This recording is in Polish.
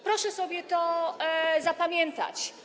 Proszę sobie to zapamiętać.